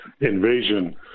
invasion